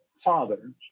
father